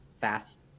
fast